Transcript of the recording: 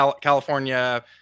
California